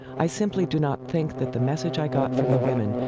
i simply do not think that the message i got from the women,